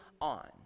on